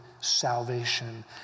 salvation